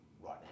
right